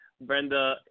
Brenda